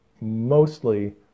mostly